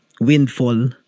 windfall